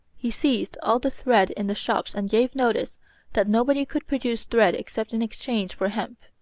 he seized all the thread in the shops and gave notice that nobody could procure thread except in exchange for hemp.